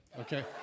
Okay